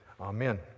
amen